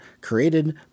created